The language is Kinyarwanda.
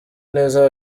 neza